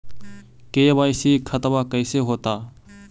KYC खतबा कैसे होता?